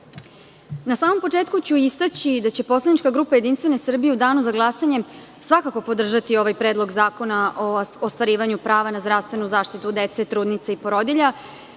na samom početku ću istaći da će poslanička grupa JS u danu za glasanje svakako podržati ovaj Predlog zakona o ostvarivanju prava na zdravstvenu zaštitu dece, trudnice i porodilja.